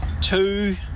Two